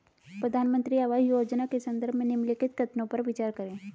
प्रधानमंत्री आवास योजना के संदर्भ में निम्नलिखित कथनों पर विचार करें?